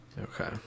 Okay